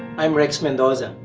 i'm rex mendoza.